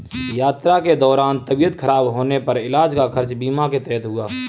यात्रा के दौरान तबियत खराब होने पर इलाज का खर्च बीमा के तहत हुआ